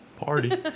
party